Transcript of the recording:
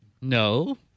No